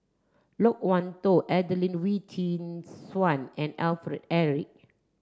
Loke Wan Tho Adelene Wee Chin Suan and Alfred Eric